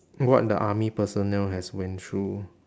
what the army personnel has went through